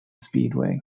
speedway